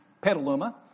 Petaluma